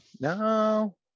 No